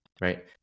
right